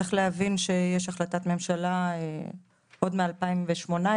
צריך להבין שיש החלטת ממשלה עוד משנת 2018